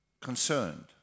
concerned